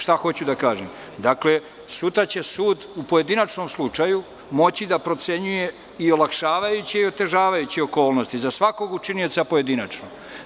Šta hoću da kažem, dakle, sutra će sud u pojedinačnom slučaju moći da procenjuje i olakšavajuće i otežavajuće okolnosti za svakog učinioca pojedinačno.